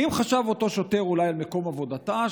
האם חשב אותו שוטר אולי על מקום עבודתה,